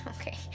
okay